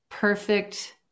Perfect